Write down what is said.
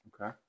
Okay